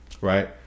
right